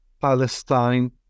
Palestine